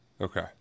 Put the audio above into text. Okay